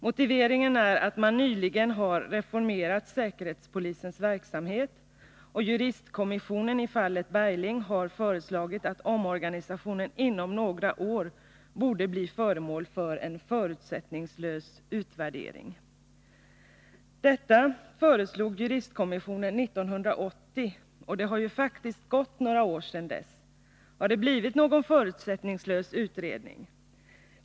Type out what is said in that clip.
Motiveringen är att man nyligen har reformerat säkerhetspolisens verksamhet och att juristkommissionen i fallet Bergling har föreslagit att omorganisationen inom några år borde bli föremål för en förutsättningslös utvärdering. Detta föreslog juristkommissionen 1980, och det har faktiskt gått några år sedan dess. Har det blivit någon förutsättningslös utredning?